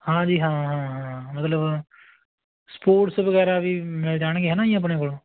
ਹਾਂ ਜੀ ਹਾਂ ਮਤਲਬ ਸਪੋਰਟਸ ਵਗੈਰਾ ਵੀ ਮਿਲ ਜਾਣਗੇ ਹੈ ਨਾ ਜੀ ਆਪਣੇ ਕੋਲੋਂ